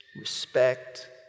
respect